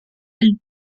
and